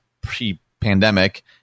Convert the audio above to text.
pre-pandemic